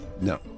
no